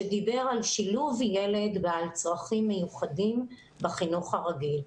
שדיבר על שילוב ילד בעל צרכים מיוחדים בחינוך הרגיל.